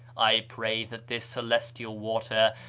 i pray that this celestial water,